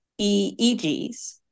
EEGs